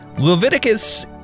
Leviticus